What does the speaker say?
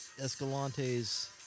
Escalante's